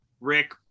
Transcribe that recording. Rick